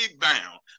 bound